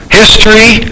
history